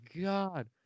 God